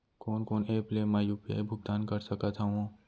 कोन कोन एप ले मैं यू.पी.आई भुगतान कर सकत हओं?